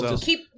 Keep